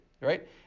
right